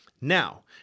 Now